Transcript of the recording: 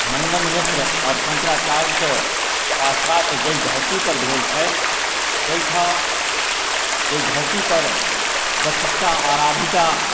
मण्डन मिश्र आओर शङ्कराचार्यके शास्त्रार्थ जाहि धरतीपर भेल छनि जाहिठाम जाहि धरतीपर वचिस्ता आराधिता